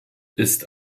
ist